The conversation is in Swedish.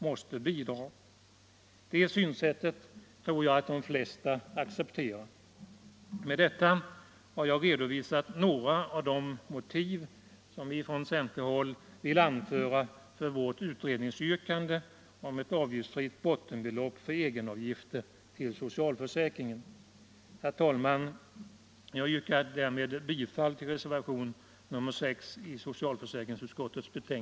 Ett sådant synsätt tror jag de flesta accepterar. Med detta har jag redovisat några av de motiv som vi från centerhåll vill anföra för vårt utredningsyrkande om ett avgiftsfritt bottenbelopp för egenavgifter till socialförsäkringen.